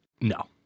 no